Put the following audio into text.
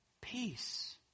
Peace